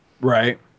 Right